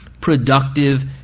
productive